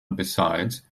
besides